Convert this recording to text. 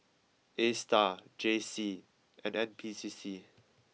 A s t a r J C and N P C C